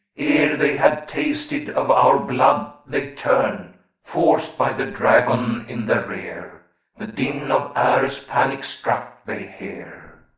they had tasted of our blood, they turn forced by the dragon in their rear the din of ares panic-struck they hear.